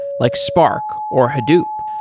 like spark or hadoop.